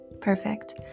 Perfect